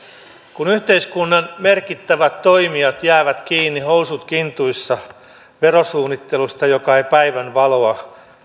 kun yhteiskunnan merkittävät toimijat jäävät kiinni housut kintuissa verosuunnittelusta joka ei päivänvaloa